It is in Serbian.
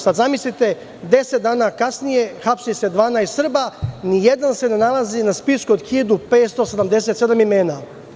Sad zamislite, 10 dana kasnije hapsi se 12 Srba a nijedan se ne nalazi na spisku od 1.577 imena.